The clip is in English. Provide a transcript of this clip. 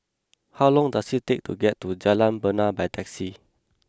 how long does it take to get to Jalan Bena by taxi